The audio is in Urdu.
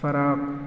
فراق